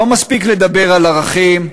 לא מספיק לדבר על ערכים,